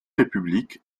république